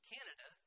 Canada